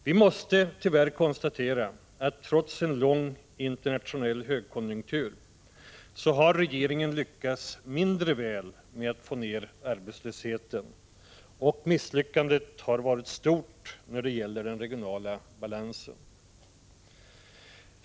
Vi måste tyvärr konstatera att trots en lång internationell högkonjunktur så har regeringen lyckats mindre väl med att få ner arbetslösheten, och misslyckandet har varit stort när det gäller den regionala balansen.